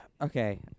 Okay